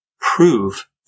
prove